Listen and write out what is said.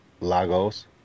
Lagos